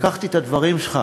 לקחתי את הדברים שלך.